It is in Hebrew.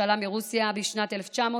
שעלה מרוסיה בשנת 1991,